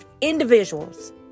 individuals